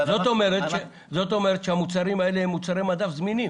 זאת אומרת שהמוצרים האלה זמינים?